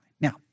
Now